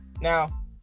Now